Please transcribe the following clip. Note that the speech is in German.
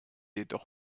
jedoch